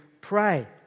pray